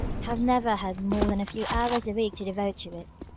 have never had more than a few hours a week to devote to it